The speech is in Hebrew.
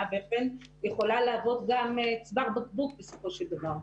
ואכן יכולה להוות גם צוואר בקבוק בסופו של דבר.